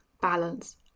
Balance